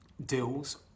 deals